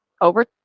over